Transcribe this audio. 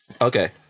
Okay